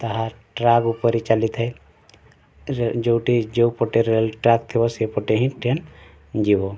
ତାହା ଟ୍ରାକ୍ ଉପରେ ଚାଲିଥାଏ ଯେଉଁଠି ଯେଉଁପଟେ ରେଲ୍ ଟ୍ରାକ୍ ଥିବ ସେଇ ପଟେ ହିଁ ଟ୍ରେନ୍ ଯିବ